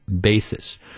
basis